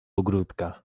ogródka